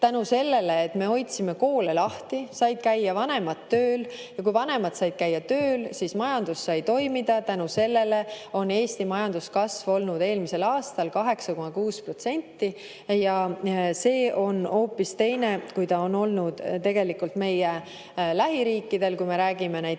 tänu sellele, et me hoidsime koole lahti, said vanemad käia tööl ja kui vanemad said käia tööl, siis majandus sai toimida. Tänu sellele oli Eesti majanduskasv eelmisel aastal 8,6% ja see on hoopis teine, kui on olnud meie lähiriikides, kui me räägime näiteks